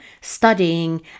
studying